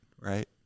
right